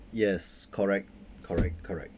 yes correct correct correct